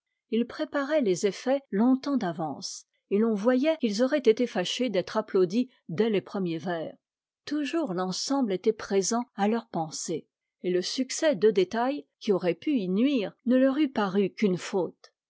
ils préparaient les effets longtemps d'avance et l'on voyait qu'ils auraient été fâchés d'être applaudis dès les premiers vers toujours l'ensemble était présent à leur pensée et le succès de détail qui aurait pu y nuire ne leur eût paru qu'une faute